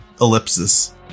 ellipsis